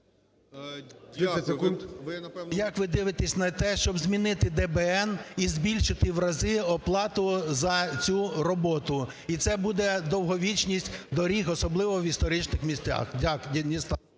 Як ви дивитесь на те, щоб змінити ДБН і збільшити в рази оплату за цю роботу? І це буде довговічність доріг, особливо в історичних містах. Дякую.